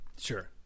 sure